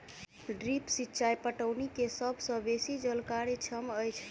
drip सिचाई पटौनी के सभ सॅ बेसी जल कार्यक्षम अछि